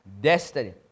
destiny